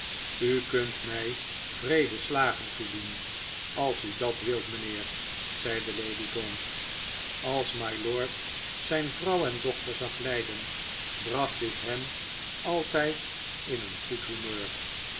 u kunt mij wreede slagen toedienen als u dat wilt mijnheer zeide lady gaunt als mylord zijn vrouw en dochter zag lijden bracht dit hem altijd in een goed humeur